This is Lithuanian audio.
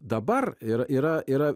dabar ir yra yra